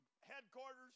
headquarters